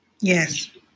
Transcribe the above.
Yes